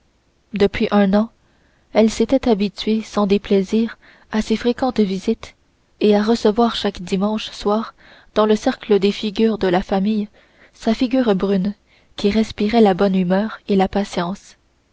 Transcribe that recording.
depuis un an elle s'était habituée sans déplaisir à ses fréquentes visites et à recevoir chaque dimanche soir dans le cercle des figures de la famille sa figure brune qui respirait la bonne humeur et la patience